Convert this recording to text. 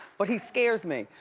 but he scares me.